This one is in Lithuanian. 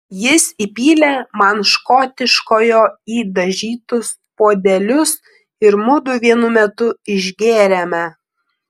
jis įpylė man škotiškojo į dažytus puodelius ir mudu vienu metu išgėrėme